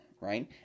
right